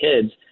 kids